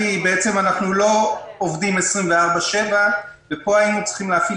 כי בעצם אנחנו לא עובדים 24/7. פה היינו צריכים להפעיל